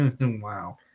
Wow